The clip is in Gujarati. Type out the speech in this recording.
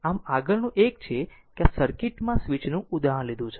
આમ આગળનું એક છે કે આ સર્કિટ માં સ્વિચ નું ઉદાહરણ લીધું છે